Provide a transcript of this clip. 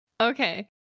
okay